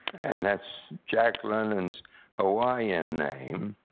and that's jack london's hawaiian name,